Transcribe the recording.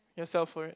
yourself for it